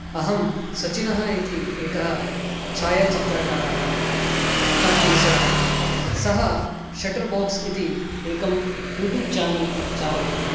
अहं सचिनः इति एकः छायाचित्रकारः तम् अनुसरामि सः शटर्बाक्स् इति एकं यूट्यूब् चानल् चालयति